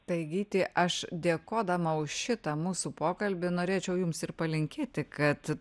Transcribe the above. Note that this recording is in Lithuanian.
tai gyti aš dėkodama už šitą mūsų pokalbį norėčiau jums ir palinkėti kad